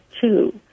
two